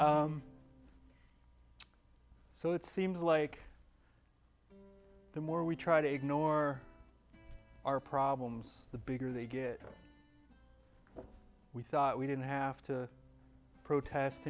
too so it seems like the more we try to ignore our problems the bigger they get we thought we didn't have to protest